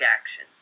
action